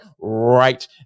right